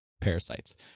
parasites